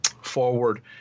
forward